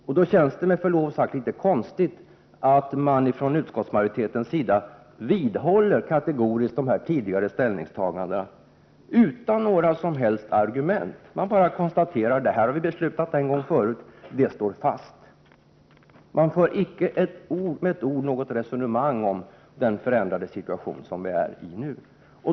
Därför känns det med förlov sagt litet konstigt att utskottsmajoriteten kategoriskt och utan några som helst argument vidhåller de tidigare ställningstagandena. Man konstaterar bara att beslut har fattats tidigare och att detta står fast. Man för icke med något enda ord ett resonemang om den förändrade situation som vi nu befinner oss i.